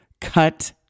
Cut